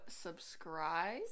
subscribe